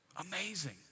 Amazing